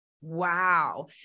Wow